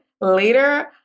later